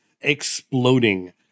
exploding